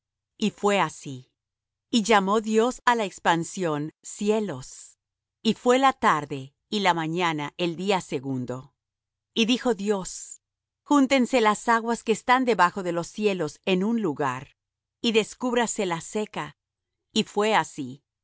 y fué así y llamó dios á la expansión cielos y fué la tarde y la mañana el día segundo y dijo dios júntense las aguas que están debajo de los cielos en un lugar y descúbrase la seca y fué así